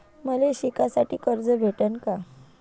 मले शिकासाठी कर्ज भेटन का?